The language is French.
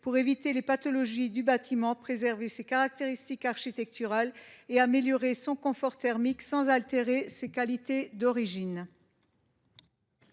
pour éviter les pathologies du bâtiment, préserver ses caractéristiques architecturales et améliorer son confort thermique sans altérer ses qualités d’origine.